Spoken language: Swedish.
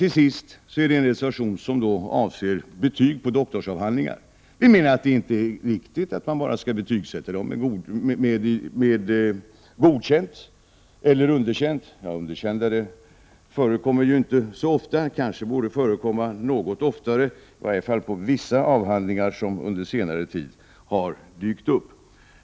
Till sist är det en reservation som gäller betyg på doktorsavhandlingar. Vi menar att det inte är riktigt att de bara skall betygsättas med godkänt eller underkänt — ja, underkännande förekommer ju inte så ofta. Det kanske borde förekomma något oftare, i varje fall på vissa avhandlingar som under senare tid har dykt upp.